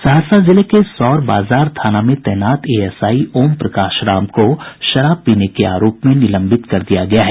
सहरसा जिले सौर बाजार थाना में तैनात एएसआई ओम प्रकाश राम को शराब पीने के आरोप में निलंबित कर दिया गया है